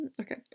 Okay